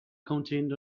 contained